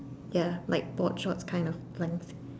ya like board shorts kind of length